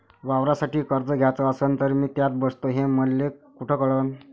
वावरासाठी कर्ज घ्याचं असन तर मी त्यात बसतो हे मले कुठ कळन?